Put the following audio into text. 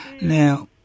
Now